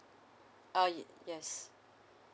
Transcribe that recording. ah y~ yes